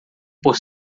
por